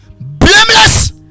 blameless